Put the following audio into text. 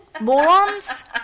morons